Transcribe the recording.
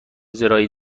زراعی